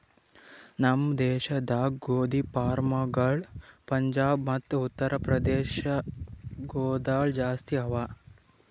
ನಮ್ ದೇಶದಾಗ್ ಗೋದಿ ಫಾರ್ಮ್ಗೊಳ್ ಪಂಜಾಬ್ ಮತ್ತ ಉತ್ತರ್ ಪ್ರದೇಶ ಗೊಳ್ದಾಗ್ ಜಾಸ್ತಿ ಅವಾ